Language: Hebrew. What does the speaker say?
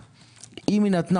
11 באוגוסט 2022. ינון,